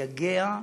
מייגע,